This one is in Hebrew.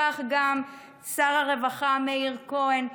כך גם שר הרווחה מאיר כהן,